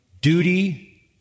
duty